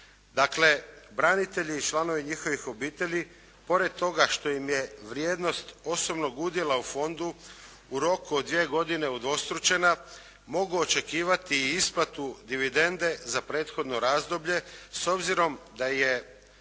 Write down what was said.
Dakle, branitelji i članovi njihovih obitelji, pored toga što im je vrijednost osobnog udjela u Fondu u roku od 2 godine udvostručena mogu očekivati i isplatu dividende za prethodno razdoblje s obzirom da je